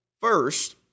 First